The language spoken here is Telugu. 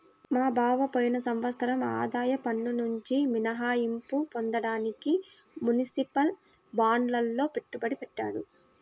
మా బావ పోయిన సంవత్సరం ఆదాయ పన్నునుంచి మినహాయింపు పొందడానికి మునిసిపల్ బాండ్లల్లో పెట్టుబడి పెట్టాడు